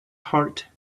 heart